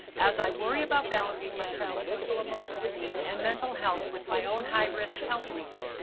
as i worry about balancing my child's social, emotional needs and mental health with my own high risk health needs,